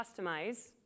customize